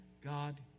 God